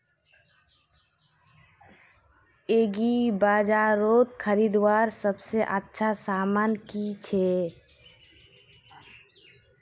एग्रीबाजारोत खरीदवार सबसे अच्छा सामान की छे?